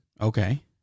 Okay